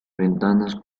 ventanas